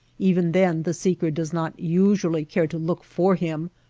even then the seeker does not usually care to look for him,